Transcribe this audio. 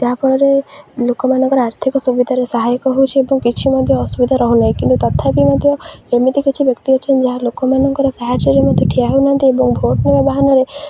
ଯାହାଫଳରେ ଲୋକମାନଙ୍କର ଆର୍ଥିକ ସୁବିଧାରେ ସହାୟକ ହେଉଛି ଏବଂ କିଛି ମଧ୍ୟ ଅସୁବିଧା ରହୁନାହିଁ କିନ୍ତୁ ତଥାପି ମଧ୍ୟ ଏମିତି କିଛି ବ୍ୟକ୍ତି ଅଛନ୍ତି ଯାହା ଲୋକମାନଙ୍କର ସାହାଯ୍ୟରେ ମଧ୍ୟ ଠିଆ ହେଉ ନାହାନ୍ତି ଏବଂ ଭୋଟ୍ ନେବା ବାହାନରେ